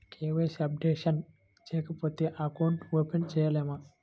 KYC updation చేయకపోతే account open చేయలేమా?